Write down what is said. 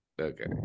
Okay